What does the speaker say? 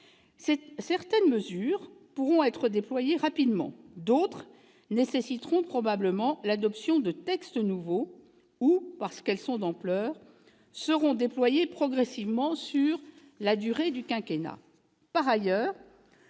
Certaines mesures pourront être déployées rapidement ; d'autres nécessiteront probablement l'adoption de textes nouveaux ou, parce qu'elles sont d'ampleur, seront déployées progressivement sur la durée du quinquennat.